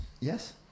Yes